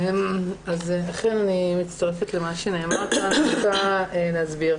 אני מצטרפת למה שנאמר כאן, ורוצה להסביר.